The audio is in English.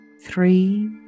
Three